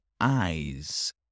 eyes